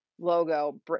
logo